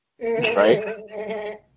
Right